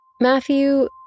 Matthew